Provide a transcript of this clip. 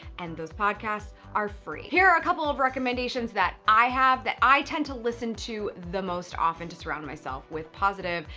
and those podcasts are free. here are a couple of recommendations that i have that i tend to listen to the most often to surround myself with positive,